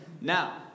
now